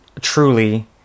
truly